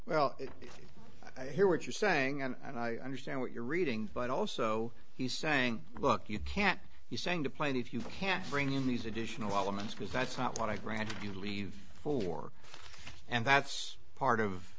well i hear what you're saying and i understand what you're reading but also he's saying look you can't you saying to play it if you can't bring in these additional elements because that's not what i grant you leave for and that's part of